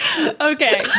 Okay